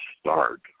start